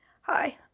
Hi